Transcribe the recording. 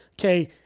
okay